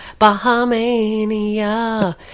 Bahamania